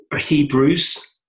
Hebrews